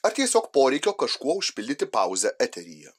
ar tiesiog poreikio kažkuo užpildyti pauzę eteryje